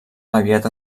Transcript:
aviat